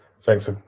Thanks